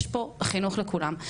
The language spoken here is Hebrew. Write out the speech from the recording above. יש פה חינוך לכולם,